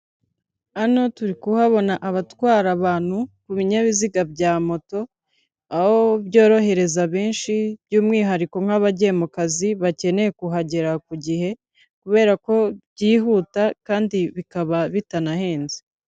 Hano turi kuhabona abatwara abantu ku binyabiziga bya moto, aho byorohereza benshi by'umwihariko nk'abagiye mu kazi bakeneye kuhagera ku gihe kubera ko byihuta kandi bikaba bitanahenze.